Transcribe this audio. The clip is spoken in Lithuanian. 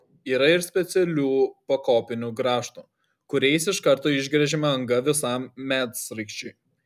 yra ir specialių pakopinių grąžtų kuriais iš karto išgręžiama anga visam medsraigčiui